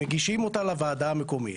מגישים אותה לוועדה המקומית,